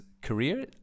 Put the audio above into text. career